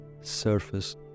surface